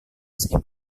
saya